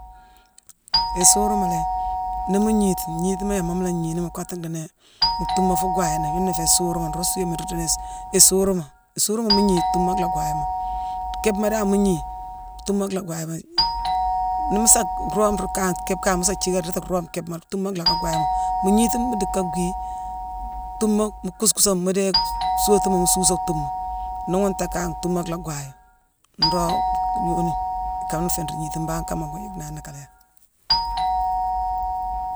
Isuuruma lé yi, nii mu gniiti, ngniitima yama mu la gniini mu kottu dhiini mu thuumma fuu gwayéni: yuna iféé isuuruma, nroog suuéma nruu diini isuuruma. Isuuruma mu gnii, thuumma lhaa gwaayé moo. Kéépema dan mu gnii, thuumma lhaa gwayé moo. Nii mu sa roome rii kangh kéép kanggh mu sa jiické ndiiti kéépma, thuumma lhaacka gwayé moo. Nii gniiti, mu dick ka gwii thuumma mu kuuskusa, mu déye suusatima mu suusé thuumma. Nii ghune ntéé kangh thuumma lhaa gwayé. nroog yooni, ikana iféé nruu ngniitima. Mbangh kama ngoo yick nani kaalé yack.